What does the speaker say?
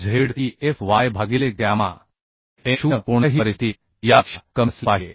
Z e f y भागिले gamma m0 कोणत्याही परिस्थितीत ते यापेक्षा कमी असले पाहिजे